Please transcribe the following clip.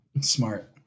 Smart